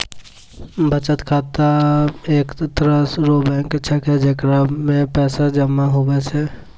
बचत बैंक एक तरह रो बैंक छैकै जेकरा मे पैसा जमा हुवै छै